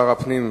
שר הפנים,